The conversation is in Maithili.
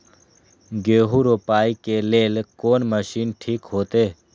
गेहूं रोपाई के लेल कोन मशीन ठीक होते?